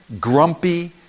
grumpy